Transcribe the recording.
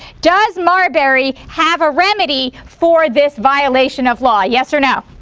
does marbury have a remedy for this violation of law, yes or no.